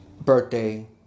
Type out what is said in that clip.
birthday